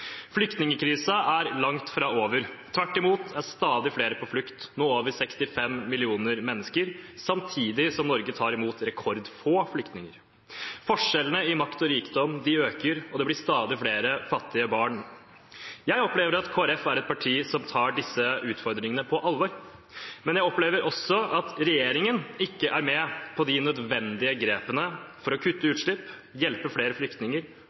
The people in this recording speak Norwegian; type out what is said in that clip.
Flyktningkrisen er langt fra over. Tvert imot er stadig flere på flukt, nå over 65 millioner mennesker, samtidig som Norge tar imot rekordfå flyktninger. Forskjellene i makt og rikdom øker, og det blir stadig flere fattige barn. Jeg opplever at Kristelig Folkeparti er et parti som tar disse utfordringene på alvor, men jeg opplever også at regjeringen ikke er med på de nødvendige grepene for å kutte utslipp, hjelpe flere flyktninger